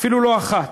אפילו לא אחת,